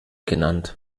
genannt